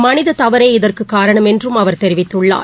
மனித தவறே இதற்குக் காரணம் என்றும் அவர் தெரிவித்துள்ளார்